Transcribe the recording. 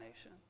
nation